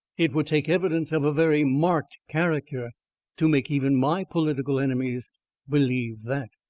it would take evidence of a very marked character to make even my political enemies believe that.